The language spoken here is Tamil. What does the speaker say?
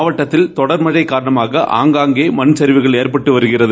மாவட்டத்தில் தொடர் மழை காரணமாக ஆங்காங்கே மண் சரிவு ஏற்பட்டு வருகிறது